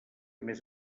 més